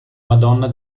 madonna